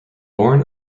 born